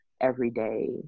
everyday